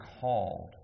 called